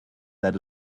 that